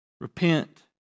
Repent